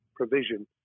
provision